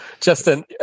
Justin